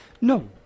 No